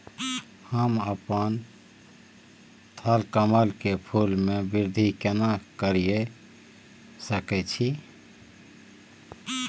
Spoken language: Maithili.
हम अपन थलकमल के फूल के वृद्धि केना करिये सकेत छी?